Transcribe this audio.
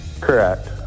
Correct